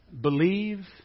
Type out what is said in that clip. Believe